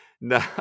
no